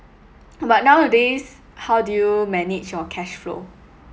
but nowadays how do you manage your cash flow